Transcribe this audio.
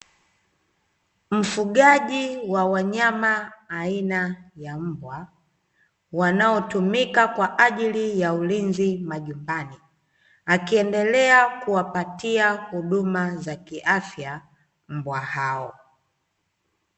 Mfugaji wa wanyama aina ya mbwa wanaotumika kwajili ya ulinzi majumbani, akiendelea kuwapatia huduma za kiafya mbwa hao.